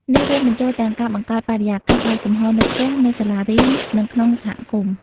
នេះរួមបញ្ចូលទាំងការបង្កើតបរិយាកាសបើកចំហរនៅផ្ទះ នៅសាលារៀន និងក្នុងសហគមន៍។